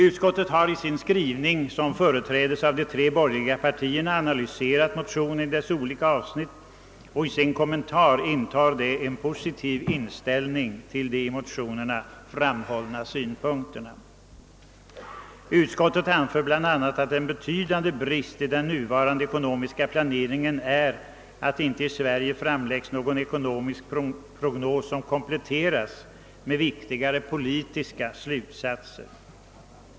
Utskottet, som företrädes av de tre borgerliga partierna, har i sin skrivning analyserat motionen i dess olika avsnitt och intar i sin kommentar en positiv inställning till de i motionsparet framhållna synpunkterna. Bl. a. anför utskottet, att en betydande brist i den nuvarande ekonomiska planeringen är att det i Sverige inte framläggs någon ekonomisk prognos som kompletteras med viktigare politiska slutsatser.